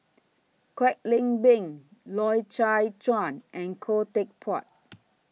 Kwek Leng Beng Loy Chye Chuan and Khoo Teck Puat